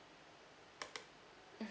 mmhmm